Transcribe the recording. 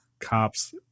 cop's